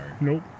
Nope